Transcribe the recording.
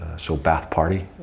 so ba-ath party,